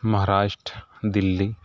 Maharashtra Delhi